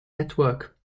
network